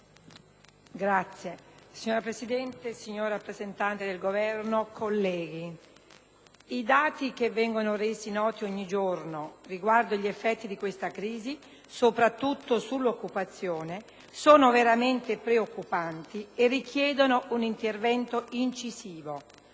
*(IdV)*. Signora Presidente, signor rappresentante del Governo, colleghi, i dati che vengono resi noti ogni giorno riguardo gli effetti di questa crisi, soprattutto sull'occupazione, sono veramente preoccupanti e richiedono un intervento incisivo.